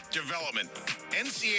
development